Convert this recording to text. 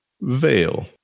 Veil